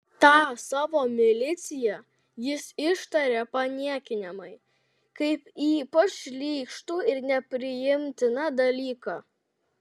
tą savo miliciją jis ištaria paniekinamai kaip ypač šlykštų ir nepriimtiną dalyką